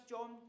John